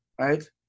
right